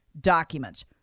documents